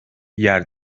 yer